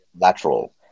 lateral